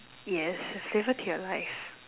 yes add flavour to your life